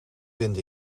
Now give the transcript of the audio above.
vind